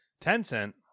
Tencent